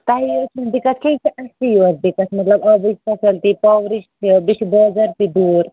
تۄہی یٲژ چھِنہٕ دقعت کیٚنٛہہ یہِ چھِ اَسی یٲژ دِقعت مطلب آبٕچ فٮ۪سَلٹی پاورٕچ تہِ بیٚیہِ چھِ بازار تہِ دوٗر